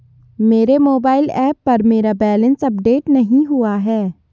मेरे mobile app पर मेरा बैलेंस अपडेट नहीं हुआ है